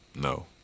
No